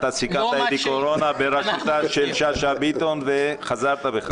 אתה סיכמת איתי על ועדת קורונה בראשותה של שאשא-ביטון וחזרת בך.